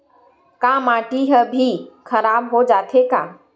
का माटी ह भी खराब हो जाथे का?